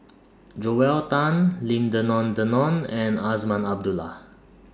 Joel Tan Lim Denan Denon and Azman Abdullah